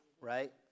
right